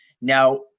Now